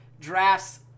drafts